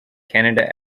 canada